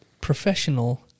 Professional